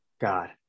God